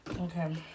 Okay